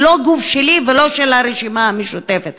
לא גוף שלי ולא של הרשימה המשותפת.